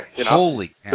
Holy